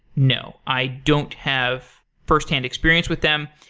no. i don't have firsthand experience with them.